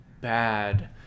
bad